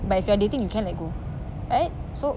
but if you're dating you can let go right so